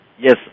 Yes